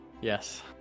yes